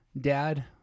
dad